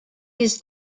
his